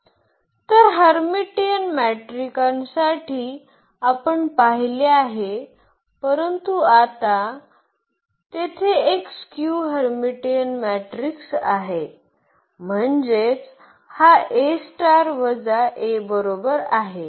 तर हर्मीटियन मॅट्रिकांसाठी आपण पाहिले आहे परंतु आता तेथे एक स्क्यू हर्मीटियन मॅट्रिक्स आहे म्हणजेच हा A स्टार वजा A बरोबर आहे